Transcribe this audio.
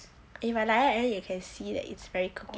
if I like that then you can see that it's very com